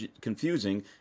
confusing